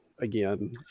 Again